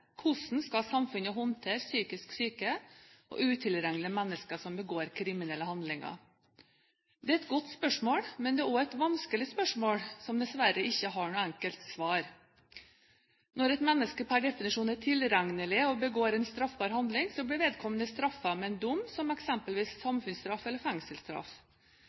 Hvordan skal samfunnet håndtere psykisk syke og utilregnelige mennesker som begår kriminelle handlinger? Det er et godt spørsmål, men det er også et vanskelig spørsmål, som dessverre ikke har noe enkelt svar. Når et menneske per definisjon er tilregnelig og begår en straffbar handling, blir vedkommende straffet med en dom, som eksempelvis samfunnsstraff eller fengselsstraff.